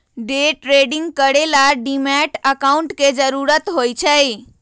day trading करे ला demat account के जरूरत होई छई